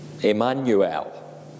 Emmanuel